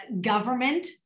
government